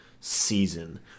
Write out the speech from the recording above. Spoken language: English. season